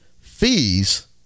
fees